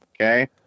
okay